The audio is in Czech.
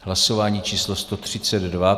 Hlasování číslo 132.